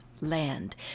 Land